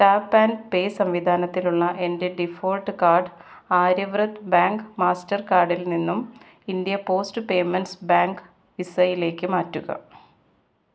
tap and pay സംവിധാനത്തിലുള്ള എൻ്റെ default card Aryavrat bank master കാർഡിൽ നിന്നും ഇൻഡ്യ പോസ്റ്റ് പേയ്മെൻറ്റ്സ് ബാങ്ക് വിസയിലേക്ക് മാറ്റുക